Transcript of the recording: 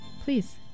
Please